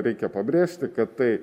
reikia pabrėžti kad tai